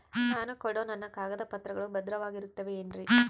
ನಾನು ಕೊಡೋ ನನ್ನ ಕಾಗದ ಪತ್ರಗಳು ಭದ್ರವಾಗಿರುತ್ತವೆ ಏನ್ರಿ?